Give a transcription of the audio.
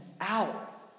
out